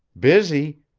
busy?